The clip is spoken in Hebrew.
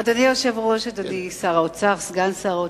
אדוני היושב-ראש, אדוני שר האוצר, סגן שר האוצר,